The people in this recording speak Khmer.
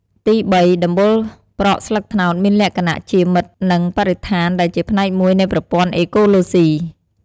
ទីបី ដំបូលប្រក់ស្លឹកត្នោតមានលក្ខណៈ ជាមិត្តនឹងបរិស្ថានដែលជាផ្នែកមួយនៃប្រព័ន្ធអេកូឡូស៊ី។